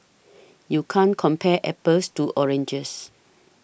you can't compare apples to oranges